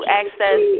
access